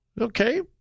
Okay